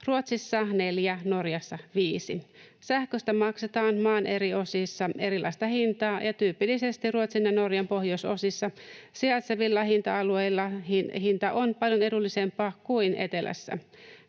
Ruotsissa neljään, Norjassa viiteen. Sähköstä maksetaan maan eri osissa erilaista hintaa, ja tyypillisesti Ruotsin ja Norjan pohjoisosissa sijaitsevilla hinta-alueilla hinta on paljon edullisempi kuin etelässä